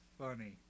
funny